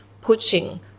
pushing